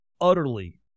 utterly